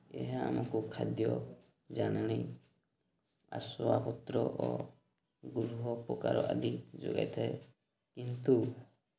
ଏହା ଆମକୁ ଖାଦ୍ୟ ଜାଲେଣି ଆସବାପତ୍ର ଓ ଗୃହ ଉପକାର ଆଦି ଯୋଗାଇଥାଏ କିନ୍ତୁ